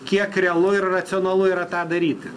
kiek realu ir racionalu yra tą daryti